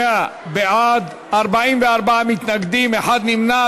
28 בעד, 44 מתנגדים, אחד נמנע.